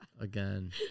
Again